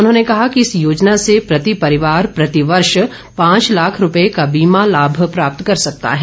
उन्होंने कहा कि इस योजना से प्रति परिवार प्रति वर्ष पांच लाख रुपये का बीमा लाभ प्राप्त कर सकता है